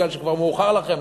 כי כבר מאוחר לכם,